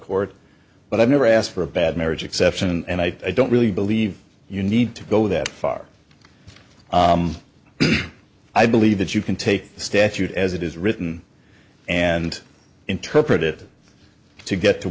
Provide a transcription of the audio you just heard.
court but i never asked for a bad marriage exception and i don't really believe you need to go that far i believe that you can take the statute as it is written and interpret it to get to